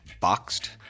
Boxed